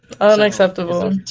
Unacceptable